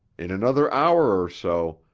in another hour or so,